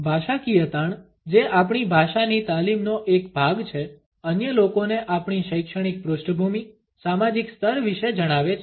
ભાષાકીય તાણ જે આપણી ભાષાની તાલીમનો એક ભાગ છે અન્ય લોકોને આપણી શૈક્ષણિક પૃષ્ઠભૂમિ સામાજિક સ્તર વિશે જણાવે છે